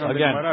Again